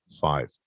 Five